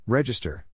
Register